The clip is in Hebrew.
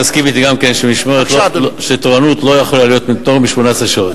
תסכים אתי גם כן שתורנות לא יכולה להיות יותר מ-18 שעות.